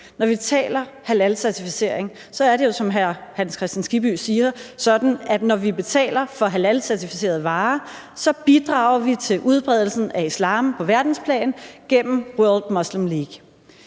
Når vi taler halalcertificering, er det jo, som hr. Hans Kristian Skibby siger, sådan, at når vi betaler for halalcertificerede varer, bidrager vi til udbredelsen af islam på verdensplan gennem Muslim World League.